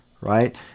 right